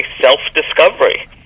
self-discovery